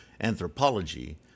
anthropology